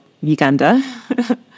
Uganda